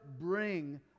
bring